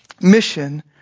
mission